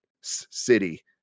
City